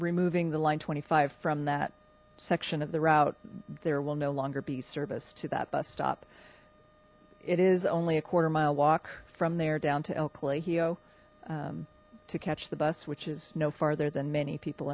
removing the line twenty five from that section of the route there will no longer be service to that bus stop it is only a quarter mile walk from there down to el colegio to catch the bus which is no farther than many people